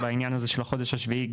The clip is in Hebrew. בעניין הזה של החודש השביעי,